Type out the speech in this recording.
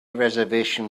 reservation